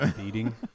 Eating